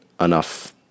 enough